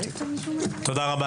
תודה רבה.